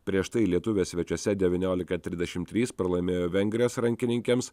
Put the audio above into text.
prieš tai lietuvės svečiuose devyniolika trisdešim trys pralaimėjo vengrijos rankininkėms